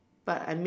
but I made